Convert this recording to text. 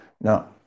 Now